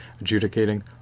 adjudicating